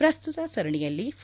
ಪ್ರಸ್ತುತ ಸರಣಿಯಲ್ಲಿ ಫ